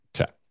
Okay